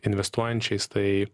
investuojančiais tai